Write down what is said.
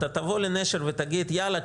אתה תבוא לנשר ותגיד: יאללה,